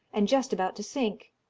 and just about to sink.